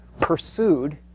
pursued